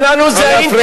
הבעיה שלנו זה האינטרנט.